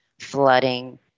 flooding